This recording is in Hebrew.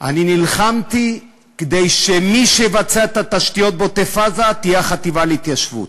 אני נלחמתי כדי שמי שיבצע את התשתיות בעוטף-עזה יהיה החטיבה להתיישבות.